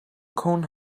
kong